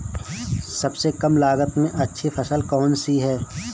सबसे कम लागत में अच्छी फसल कौन सी है?